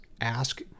ask